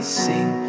sing